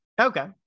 Okay